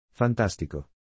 Fantastico